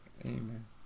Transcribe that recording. Amen